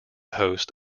host